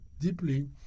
deeply